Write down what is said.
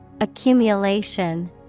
Accumulation